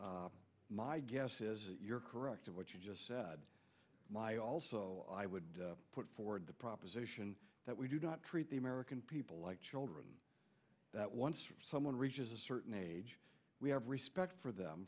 i my guess is you're correct in what you just said my also i would put forward the proposition that we do not treat the american people like children that once someone reaches a certain age we have respect for them